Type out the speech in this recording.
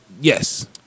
Yes